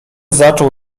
zaczął